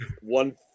one